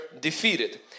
defeated